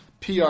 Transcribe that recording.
PR